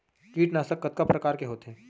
कीटनाशक कतका प्रकार के होथे?